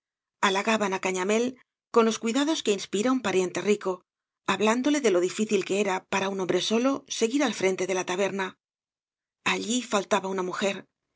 halagaban á cañamél con los cuidados que inspira un pariente rico hablándole de lo difícil que era para un hombre solo seguir al frente de la taberna allí faltaba una mujer